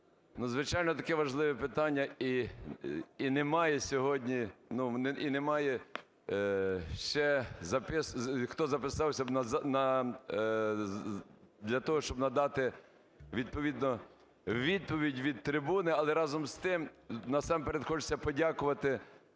Надзвичайно таке важливе питання і немає сьогодні… ну, і немає ще хто записався на… для того, щоб надати, відповідно, відповідь від трибуни. Але разом з тим, насамперед хочеться подякувати